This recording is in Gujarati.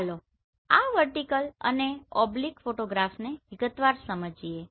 ચાલો આ વર્ટીકલ અને ઓબ્લીક ફોટોગ્રાફ્સને વિગતવાર સમજીએ